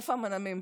איפה המנעמים?